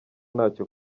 ntacyo